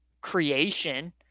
creation